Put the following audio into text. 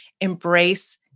embrace